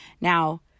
Now